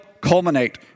culminate